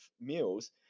meals